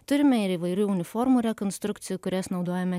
turime ir įvairių uniformų rekonstrukcijų kurias naudojame